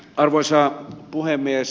arvoisa puhemies